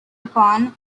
upon